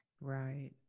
Right